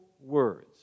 words